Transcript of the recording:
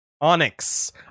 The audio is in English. onyx